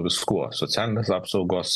viskuo socialinės apsaugos